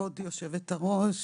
כבוד יושבת הראש